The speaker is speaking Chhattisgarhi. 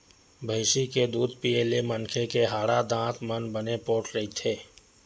भइसी के दूद पीए ले मनखे के हाड़ा, दांत मन बने पोठ रहिथे